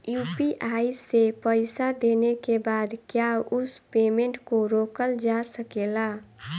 UPI से पईसा देने के बाद क्या उस पेमेंट को रोकल जा सकेला?